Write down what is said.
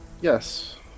yes